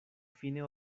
fine